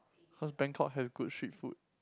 cause Bangkok has good street food